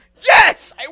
Yes